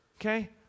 Okay